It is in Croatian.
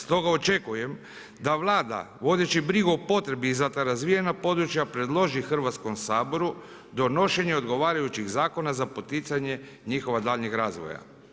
Stoga očekujem da Vlada vodeći brigu o potrebi za ta razvijena područja predloži Hrvatskom saboru donošenje odgovarajućih zakona za poticanje njihova daljnjeg razvoja.